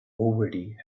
already